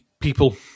people